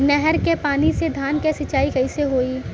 नहर क पानी से धान क सिंचाई कईसे होई?